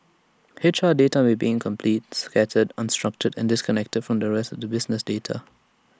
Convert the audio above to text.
H R data may be incomplete scattered unstructured and disconnected from the rest to business data